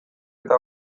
eta